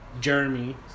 Jeremy